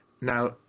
now